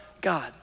God